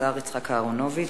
השר יצחק אהרונוביץ.